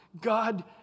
God